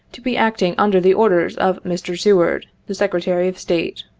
to be acting under the orders of mr. seward, the secretary of state.